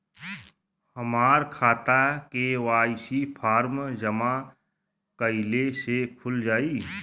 हमार खाता KYC form जमा कइले से खुल जाई?